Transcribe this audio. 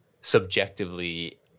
subjectively